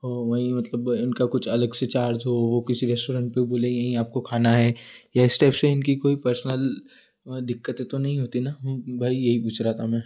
वो वहीं मतलब उनका कुछ अलग से चार्ज हो वो किसी रेस्टोरेंट पे बोलें यहीं आपको खाना है या इस टाइप से इनकी कोई पर्सनल वहाँ दिक्कतें तो नहीं होती ना भाई यही पूछ रह था मैं